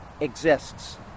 exists